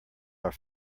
are